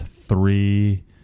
three